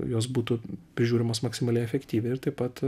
jos būtų prižiūrimos maksimaliai efektyviai ir taip pat